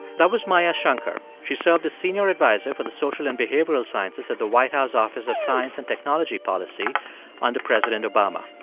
that was maya shankar. she served as senior adviser for the social and behavioral sciences at the white house office of science and technology policy under president obama.